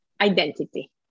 Identity